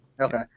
Okay